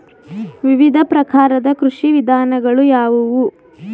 ವಿವಿಧ ಪ್ರಕಾರದ ಕೃಷಿ ವಿಧಾನಗಳು ಯಾವುವು?